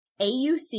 AUC